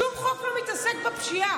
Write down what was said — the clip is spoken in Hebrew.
שום חוק לא מתעסק בפשיעה.